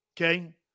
Okay